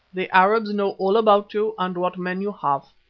the arabs know all about you and what men you have.